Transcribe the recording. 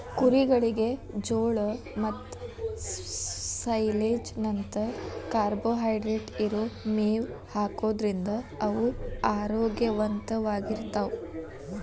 ಕುರಿಗಳಿಗೆ ಜೋಳ ಮತ್ತ ಸೈಲೇಜ್ ನಂತ ಕಾರ್ಬೋಹೈಡ್ರೇಟ್ ಇರೋ ಮೇವ್ ಹಾಕೋದ್ರಿಂದ ಅವು ಆರೋಗ್ಯವಂತವಾಗಿರ್ತಾವ